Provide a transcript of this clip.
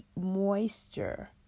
moisture